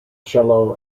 cello